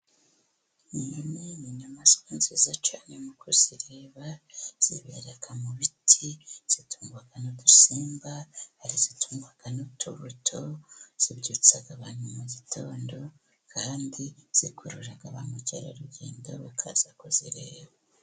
Inyoni ni inyamaswa nziza cyane mu kuzireba, zibere mu biti, zitungwa n'udusimba. Hari izitungwa n'utubuto, zibyutsaga abantu mu gitondo, kandi zikurura ba mukerarugendo bakaza kuzireba.